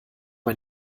man